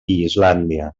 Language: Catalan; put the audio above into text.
islàndia